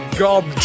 gob